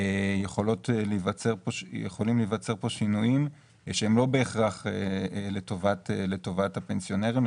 יכולים להיווצר כאן שינויים שהם לא בהכרח לטובת הפנסיונרים,